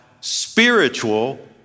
spiritual